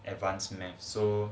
advanced math so